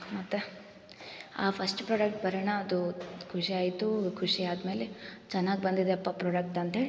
ಮತ್ತು ಆ first product ಬರೋಣ ಅದು ಖುಷಿ ಆಯಿತು ಖುಷಿ ಆದ ಮೇಲೆ ಚೆನ್ನಾಗ್ ಬಂದಿದೆ ಅಪ್ಪ ಪ್ರಾಡಕ್ಟ್ ಅಂತೇಳಿ